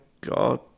God